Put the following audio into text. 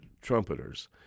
trumpeters